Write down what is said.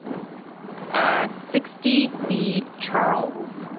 i mean ah sixty b, charles?